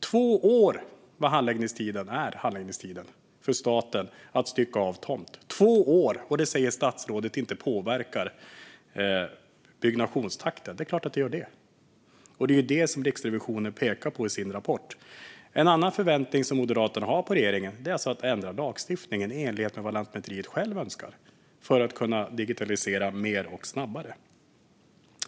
Två år är statens handläggningstid för att stycka av tomt, och statsrådet säger att detta inte påverkar byggnationstakten. Det är klart att det gör det, och det är detta som Riksrevisionen pekar på i sin rapport. En annan förväntning som Moderaterna har på regeringen är att man ändrar lagstiftningen i enlighet med vad Lantmäteriet själva önskar för att kunna digitalisera mer och snabbare.